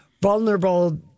vulnerable